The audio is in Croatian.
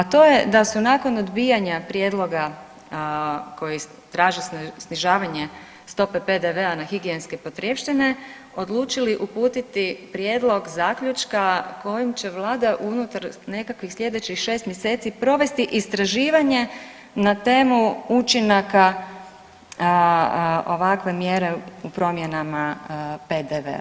A to je da su nakon odbijanja prijedloga koji traži snižavanje stope PDV-a na higijenske potrepštine odlučili uputiti prijedlog zaključka kojim će vlada unutar nekakvih slijedećih 6 mjeseci provesti istraživanje na temu učinaka ovakve mjere u promjenama PDV-a.